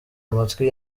amatwi